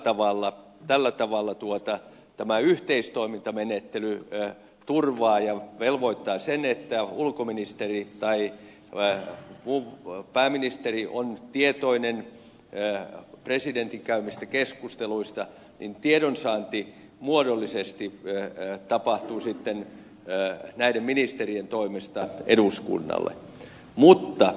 kun tällä tavalla tämä yhteistoimintamenettely turvaa ja velvoittaa sen että ulkoministeri tai pääministeri on tietoinen presidentin käymistä keskusteluista niin tiedonsaanti tapahtuu sitten muodollisesti näiden ministerien toimesta eduskunnalle